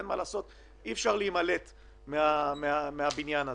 אין מה לעשות, אי אפשר להימלט מהבניין הזה.